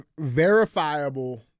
verifiable